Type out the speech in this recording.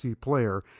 player